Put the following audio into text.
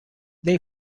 they